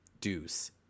Deuce